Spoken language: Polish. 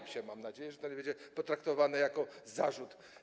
Mam nadzieję, że to nie będzie potraktowane jako zarzut.